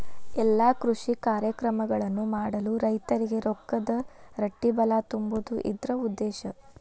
ಎಲ್ಲಾ ಕೃಷಿ ಕಾರ್ಯಕ್ರಮಗಳನ್ನು ಮಾಡಲು ರೈತರಿಗೆ ರೊಕ್ಕದ ರಟ್ಟಿಬಲಾ ತುಂಬುದು ಇದ್ರ ಉದ್ದೇಶ